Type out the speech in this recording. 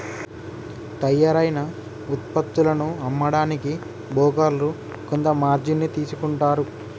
తయ్యారైన వుత్పత్తులను అమ్మడానికి బోకర్లు కొంత మార్జిన్ ని తీసుకుంటారు